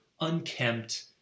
unkempt